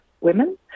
women